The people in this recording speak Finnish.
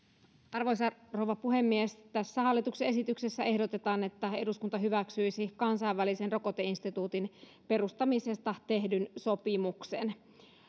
arvoisa rouva puhemies hallituksen esityksessä ehdotetaan että eduskunta hyväksyisi kansainvälisen rokoteinstituutin perustamisesta tehdyn sopimuksen